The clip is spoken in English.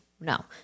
No